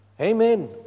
Amen